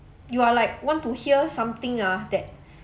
you are like want to hear something ah that